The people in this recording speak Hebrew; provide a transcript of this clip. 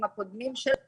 הקודמים שלה